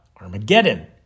Armageddon